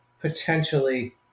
potentially